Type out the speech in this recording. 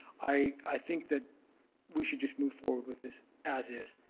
i i think that we should just move forward with this as is.